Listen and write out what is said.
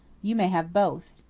you may have both.